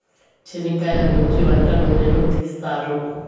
చనిక్కయలనుంచి వంట నూనెను తీస్తారు